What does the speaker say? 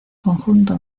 conjunto